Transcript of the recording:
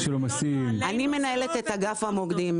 אני מנהלת את אגף המוקדים,